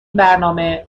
برنامه